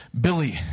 Billy